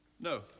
No